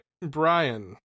Brian